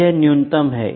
तो यह न्यूनतम है